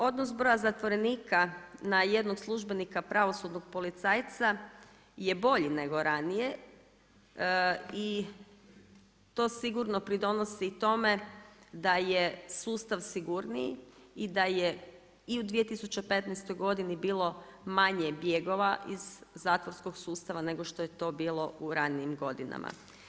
Odnos broja zatvorenika na jednog službenika pravosudnog policajca je bolji nego ranije i to sigurno pridonosi i tome da je sustav sigurniji i da je i u 2015. godini bilo manje bjegova iz zatvorskog sustava nego što je to bilo u ranijim godinama.